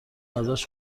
ازش